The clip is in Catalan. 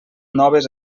noves